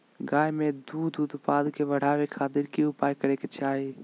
गाय में दूध उत्पादन के बढ़ावे खातिर की उपाय करें कि चाही?